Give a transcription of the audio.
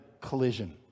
collision